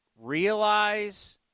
realize